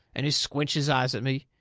and he squinched his eyes at me.